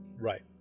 Right